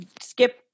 skip